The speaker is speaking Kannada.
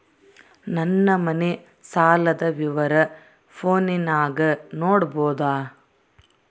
ನನ್ನ ಮನೆ ಸಾಲದ ವಿವರ ಫೋನಿನಾಗ ನೋಡಬೊದ?